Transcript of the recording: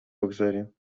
بگذاریم